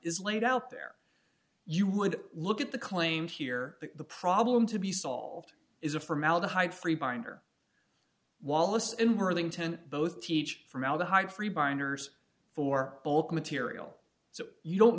is laid out there you would look at the claim here that the problem to be solved is a formaldehyde free binder wallace and worthington both teach formaldehyde free binders for bulk material so you don't